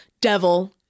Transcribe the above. devil